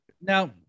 Now